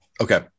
okay